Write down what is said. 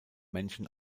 menschen